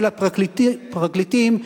של הפרקליטים,